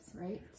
Right